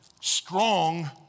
strong